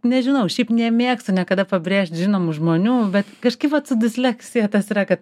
nežinau šiaip nemėgstu niekada pabrėžt žinomų žmonių bet kažkaip vat su disleksija tas yra kad